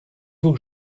vous